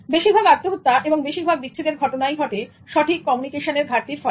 বেশিরভাগ আত্মহত্যা এবং বেশিরভাগ বিচ্ছেদের ঘটনাই ঘটে সঠিক কমিউনিকেশনের ঘাটতির ফলে